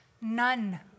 none